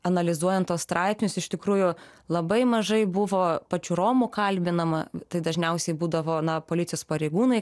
analizuojant tuos straipsnius iš tikrųjų labai mažai buvo pačių romų kalbinama tai dažniausiai būdavo na policijos pareigūnai